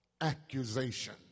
accusation